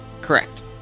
Correct